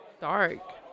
dark